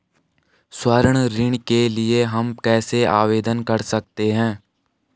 स्वर्ण ऋण के लिए हम कैसे आवेदन कर सकते हैं?